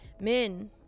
men